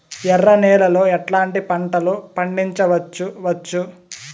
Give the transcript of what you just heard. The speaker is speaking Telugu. ఎర్ర నేలలో ఎట్లాంటి పంట లు పండించవచ్చు వచ్చు?